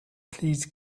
please